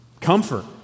Comfort